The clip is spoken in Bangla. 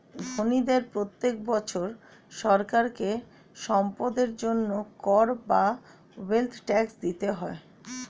ধনীদের প্রত্যেক বছর সরকারকে সম্পদের জন্য কর বা ওয়েলথ ট্যাক্স দিতে হয়